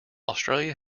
australia